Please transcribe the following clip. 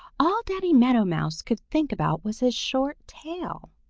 all danny meadow mouse could think about was his short tail.